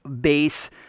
base